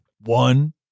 One